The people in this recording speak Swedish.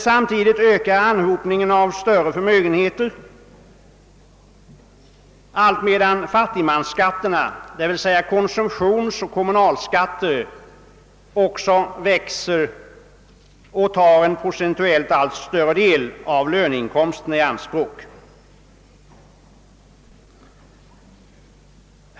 Samtidigt ökar anhopningen av större förmögenheter medan fattigmansskatterna — d.v.s. konsumtionsoch kommunalskatter — växer och tar en procentuellt allt större del av löneinkomsterna i anspråk.